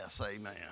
Amen